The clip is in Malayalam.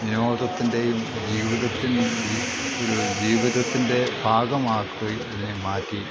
വിനോദത്തിന്റെയും ജീവിതത്തിന് ജീവിതത്തിൻ്റെ ഭാഗമാക്കുകയും അതിനെ മാറ്റി